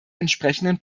entsprechenden